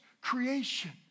creation